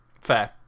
Fair